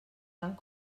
tant